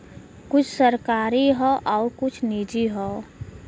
कुछ सरकारी हौ आउर कुछ निजी हौ